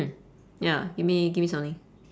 ya gimme gimme something